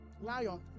Lion